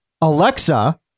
Alexa